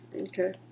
Okay